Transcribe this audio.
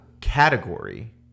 category